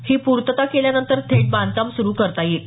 ही पूर्तता केल्यानंतर थेट बांधकाम सुरु करता येईल